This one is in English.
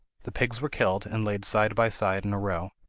the pigs were killed, and laid side by side in a row.